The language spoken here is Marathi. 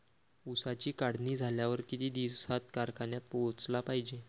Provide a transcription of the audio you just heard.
ऊसाची काढणी झाल्यावर किती दिवसात कारखान्यात पोहोचला पायजे?